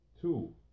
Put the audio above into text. Two